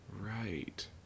Right